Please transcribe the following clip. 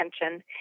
attention